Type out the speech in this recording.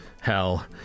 hell